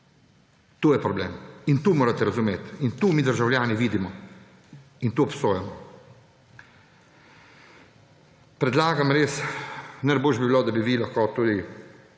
To je problem, in to morate razumeti in to mi državljani vidimo in to obsojamo. Predlagam, res najboljše bi bilo, da bi vi tudi